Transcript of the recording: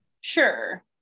sure